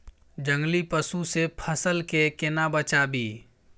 जंगली पसु से फसल के केना बचावी?